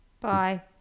bye